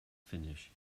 finnisch